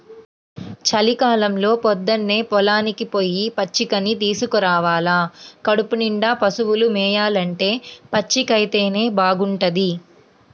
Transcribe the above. చలికాలంలో పొద్దన్నే పొలానికి పొయ్యి పచ్చికని తీసుకురావాల కడుపునిండా పశువులు మేయాలంటే పచ్చికైతేనే బాగుంటది